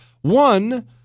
One